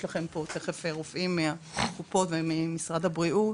לכם פה תיכף רופאים מהקופות וממשרד הבריאות